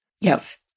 Yes